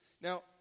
Now